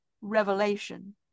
revelation